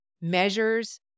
measures